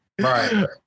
right